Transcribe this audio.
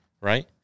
right